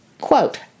Quote